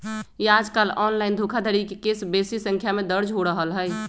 याजकाल ऑनलाइन धोखाधड़ी के केस बेशी संख्या में दर्ज हो रहल हइ